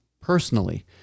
personally